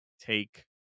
take